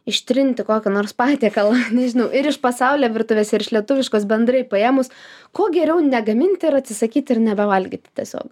ištrinti kokį nors patiekalą nežinau ir iš pasaulio virtuvės ir iš lietuviškos bendrai paėmus kuo geriau negaminti ir atsisakyti ir nebevalgyti tiesiog